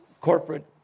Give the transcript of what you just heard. corporate